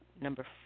number